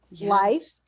life